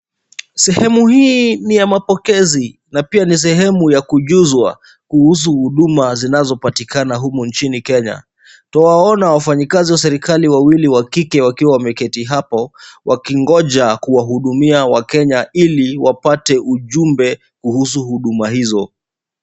Sehemu hii ni ya mapokezi na pia ni sehemu ya kujuzwa kuhusu huduma zinazopatikana humu nchini Kenya. Twawaona wafanyikazi wa serikali wawili wa kike wakiwa wameketi hapo wakingoja kuwahudumia wakenya ili wapate ujumbe kuhusu huduma hizo.